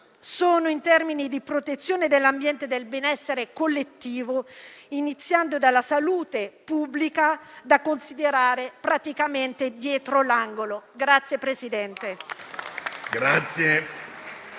sono, in termini di protezione dell'ambiente e del benessere collettivo, iniziando dalla salute pubblica, da considerare praticamente dietro l'angolo.